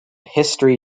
history